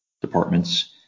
departments